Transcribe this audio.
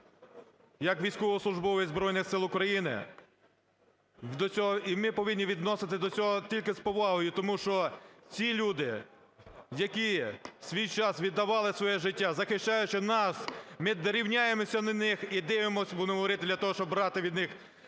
як військовослужбовець Збройних Сил України до цього… І ми повинні відноситись до цього тільки з повагою, тому що ці люди, які в свій час віддавали своє життя, захищаючи нас, ми рівняємося на них і дивимось, будемо говорити, для того, щоб брати від них